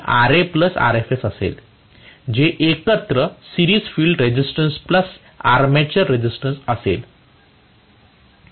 जे एकत्र series field resistance plus armature resistance असेल